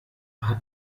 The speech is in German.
hat